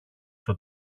στο